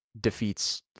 defeats